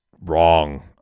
wrong